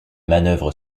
manœuvre